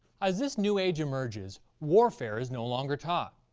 as this new age emerges, warfare is no longer taught.